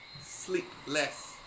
Sleepless